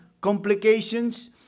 complications